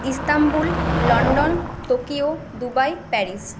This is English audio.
Istanbul London Tokyo Dubai Paris